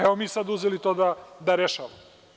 Evo, mi sad uzeli to da rešavamo.